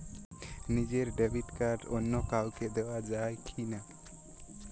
নিজের debit card অন্য কাউকে দেওয়া যায় কি না?